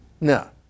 No